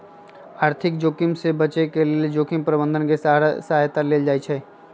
आर्थिक जोखिम से बचे के लेल जोखिम प्रबंधन के सहारा लेल जाइ छइ